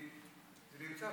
אני אמרתי, לא, ננסה.